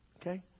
okay